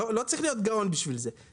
לא צריך להיות גאון בשביל להבין את זה.